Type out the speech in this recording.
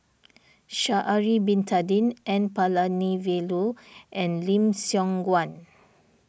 Sha'ari Bin Tadin N Palanivelu and Lim Siong Guan